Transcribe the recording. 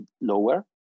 lower